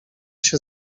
się